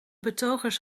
betogers